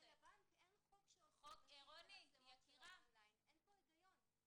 אין חוק שאוסר זאת, אין פה הגיון.